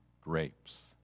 grapes